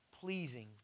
pleasing